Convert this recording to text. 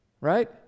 Right